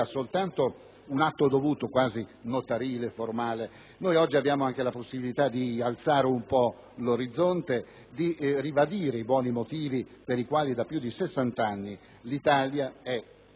solo un atto dovuto, quasi notarile, formale. Noi oggi abbiamo anche la possibilità di alzare un po' l'orizzonte, di ribadire i buoni motivi per i quali da sessant'anni l'Italia è